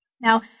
Now